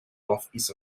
northeast